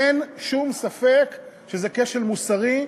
אין שום ספק שזה כשל מוסרי,